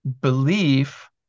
belief